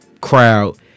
Crowd